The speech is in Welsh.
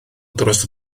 dros